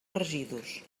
residus